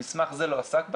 המסמך הזה לא עסק בהם,